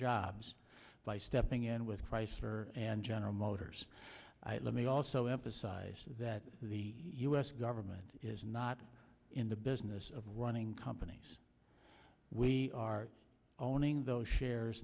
jobs by stepping in with chrysler and general motors let me also emphasize that the u s government is not in the business of running companies we are owning those shares